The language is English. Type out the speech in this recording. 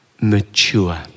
Mature